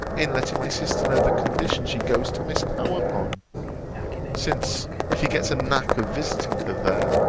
in letting my sister know the condition she goes to miss howe upon since, if he gets a nack of visiting her there